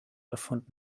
erfunden